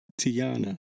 Tiana